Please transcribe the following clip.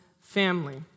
family